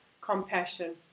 compassion